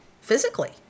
physically